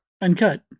Uncut